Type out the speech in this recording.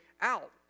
out